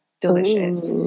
delicious